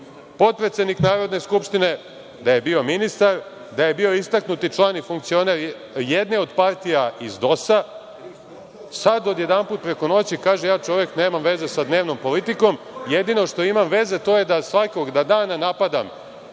potpredsednik Narodne skupštine, da je bio ministar, da je bio istaknuti član i funkcioner jedne od partija iz DOS-a, sad odjedanput preko noći kaže – ja čovek, nemam veze sa dnevnom politikom, jedino što imam veze to je da svakog dana napadam